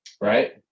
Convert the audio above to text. right